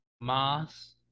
mass